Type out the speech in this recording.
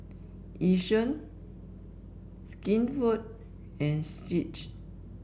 Yishion Skinfood and Schick